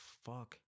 fuck